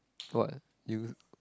what you